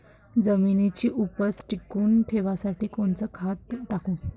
जमिनीची उपज टिकून ठेवासाठी कोनचं खत टाकू?